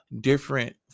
different